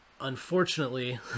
Unfortunately